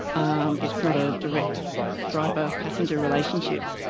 um it's not a direct driver-passenger relationship,